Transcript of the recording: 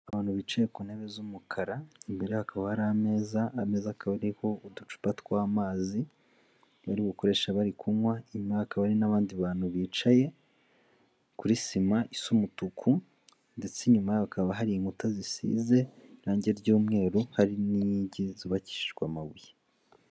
Abantu bicaye ku ntebe z'umukara, imbere yabo hakaba hari ameza, ameza akaba ariho uducupa tw'amazi, barigukoresha bari kunywa, inyuma yabo hakaba hari n'abandi bantu bicaye kuri sima isa umutuku ndetse inyuma hakaba hari inkuta zisize irangi ry'umweru, hari n'inkingi zubakishijwe amabuye.